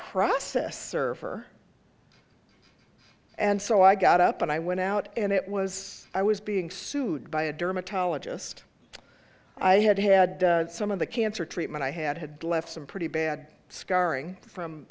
process server and so i got up and i went out and it was i was being sued by a dermatologist i had had some of the cancer treatment i had had left some pretty bad scarring from